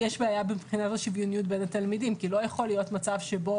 יש בעיה מבחינת השוויוניות בין התלמידים כי לא יכול להיות מצב שבו